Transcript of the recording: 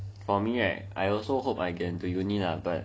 for me right I also hope I get into uni lah but